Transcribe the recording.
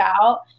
out